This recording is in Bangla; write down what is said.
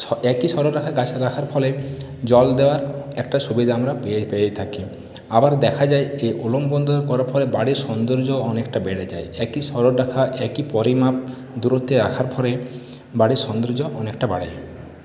একই সরলরেখায় গাছ রাখার ফলে জল দেওয়ার একটা সুবিধা আমরা পেয়ে পেয়ে থাকি আবার দেখা যায় এই উল্লম্ব উদ্যান করার ফলে বাড়ির সৌন্দর্য্য অনেকটা বেড়ে যায় একই সরলরেখা একই পরিমাপ দূরত্বে রাখার ফলে বাড়ির সৌন্দর্য্য অনেকটা বাড়ে